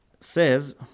says